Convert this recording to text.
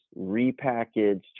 repackaged